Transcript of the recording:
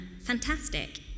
fantastic